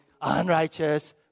unrighteous